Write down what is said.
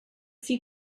see